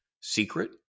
secret